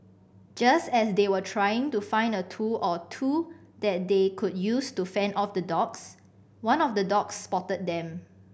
just as they were trying to find a tool or two that they could use to fend off the dogs one of the dogs spotted them